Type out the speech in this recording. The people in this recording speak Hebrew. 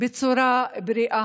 בצורה בריאה.